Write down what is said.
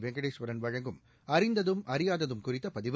வெங்கடேஸ்வரன் வழங்கும் அறிந்ததும் அறியாததும் குறித்தபதிவு